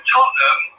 Tottenham